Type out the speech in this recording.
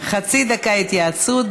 חצי דקה התייעצות,